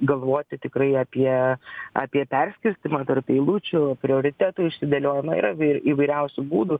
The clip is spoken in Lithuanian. galvoti tikrai apie apie perskirstymą tarp eilučių prioritetų išsidėliojimą yra įv įvairiausių būdų